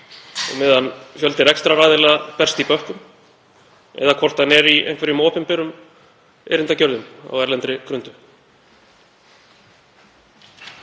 á meðan fjöldi rekstraraðila berst í bökkum, eða hvort hann er í einhverjum opinberum erindagjörðum á erlendri grundu.